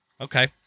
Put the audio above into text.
Okay